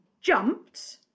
jumped